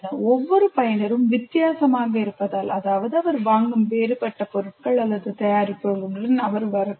ஒவ்வொரு பயனரும் வித்தியாசமாக இருப்பதால் அவர் வாங்கும் வேறுபட்ட பொருட்கள் அல்லது தயாரிப்புகளுடன் அவர் வரக்கூடும்